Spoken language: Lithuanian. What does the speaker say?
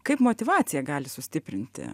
kaip motyvacija gali sustiprinti